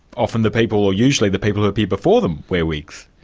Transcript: often the people, or usually the people who appear before them wear wigs.